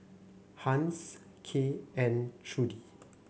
Hans Kay and Trudie